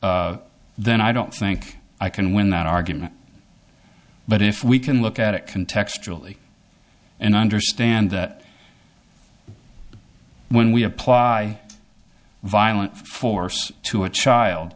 child then i don't think i can win that argument but if we can look at it can textually and understand that when we apply violent force to a child